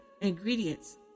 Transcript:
ingredients